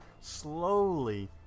slowly